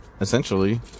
essentially